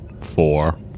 Four